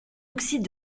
oxyde